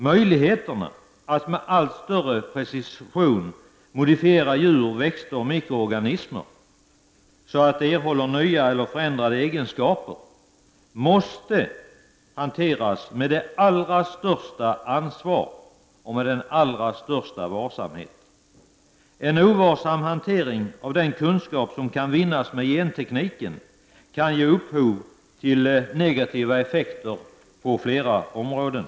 Möjligheterna att med allt större precision modifiera växter, djur och mikrorganismer så att de erhåller nya och förändrade egenskaper måste hanteras med allra största ansvar och varsamhet. En ovarsam hantering av den kunskap som kan vinnas inom gentekniken kan ge upphov till negativa effekter på flera områden.